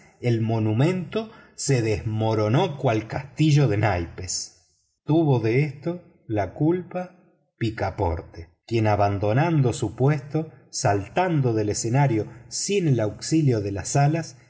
el monumento se desmoronó cual castillo de naipes tuvo de esto la culpa picaporte quien abandonando su puesto saltando del escenario sin el auxilio de las alas